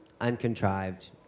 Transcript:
Uncontrived